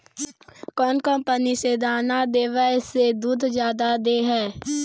कौन कंपनी के दाना देबए से दुध जादा दे है?